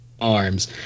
arms